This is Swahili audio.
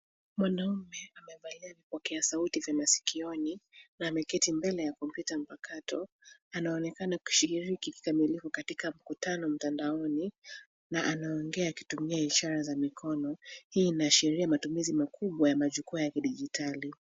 Mwanaume amevalia vipokea sauti vya masikioni na ameketi mbele ya kompyuta mpakato. Anaonekana kushiriki kikamilifu katika mkutano mtandaoni, na anaongea akitumia ishara za mikono. Hii inaashiria matumizi makubwa ya majukwaa ya kidijitali.